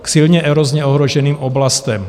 K silně erozně ohroženým oblastem.